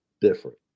different